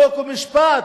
חוק ומשפט.